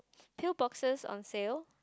pill boxes on sale